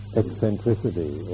eccentricity